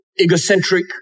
egocentric